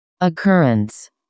occurrence